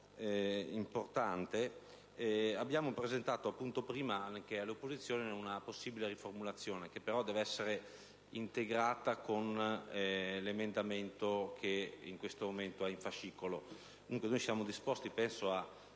prima presentato anche all'opposizione una possibile riformulazione, che però deve essere integrata con l'emendamento che in questo momento è nel fascicolo.